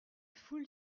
foule